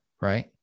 right